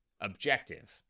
objective